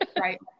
right